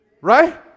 Right